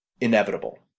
Inevitable